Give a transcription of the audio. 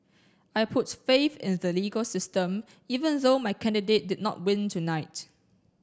I put faith in the legal system even though my candidate did not win tonight